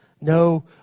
no